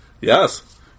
yes